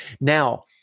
Now